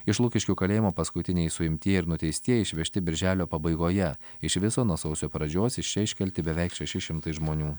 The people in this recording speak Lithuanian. iš lukiškių kalėjimo paskutiniai suimtieji ir nuteistieji išvežti birželio pabaigoje iš viso nuo sausio pradžios iš čia iškelti beveik šeši šimtai žmonių